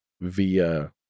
via